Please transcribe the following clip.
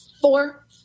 four